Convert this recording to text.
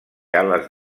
ales